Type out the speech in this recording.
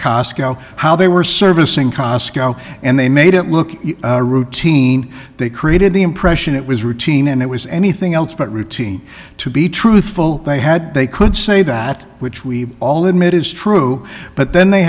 cosco how they were servicing costs and they made it look routine they created the impression it was routine and it was anything else but routine to be truthful they had they could say that which we all admit is true but then they